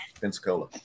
Pensacola